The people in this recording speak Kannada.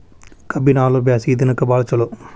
ಕಬ್ಬಿನ ಹಾಲು ಬ್ಯಾಸ್ಗಿ ದಿನಕ ಬಾಳ ಚಲೋ